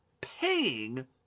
paying